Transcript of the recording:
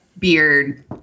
Beard